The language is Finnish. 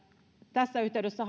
tässä yhteydessä